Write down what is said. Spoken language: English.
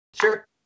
Sure